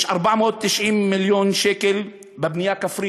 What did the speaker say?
יש 490 מיליון שקל בבנייה כפרית,